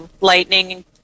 lightning